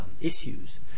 issues